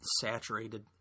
saturated